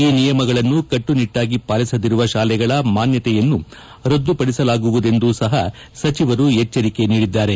ಈ ನಿಯಮಗಳನ್ನು ಕಟ್ಲುನಿಟ್ಲಾಗಿ ಪಾಲಿಸದಿರುವ ಶಾಲೆಗಳ ಮಾನ್ಗತೆಯನ್ನು ರದ್ದುಪಡಿಸಲಾಗುವುದೆಂದೂ ಸಹ ಸಚಿವರು ಎಚ್ಗರಿಕೆ ನೀಡಿದ್ದಾರೆ